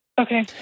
Okay